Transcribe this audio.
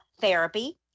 Therapy